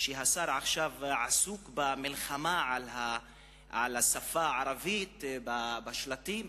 והשר עכשיו עסוק במלחמה על השפה הערבית בשלטים,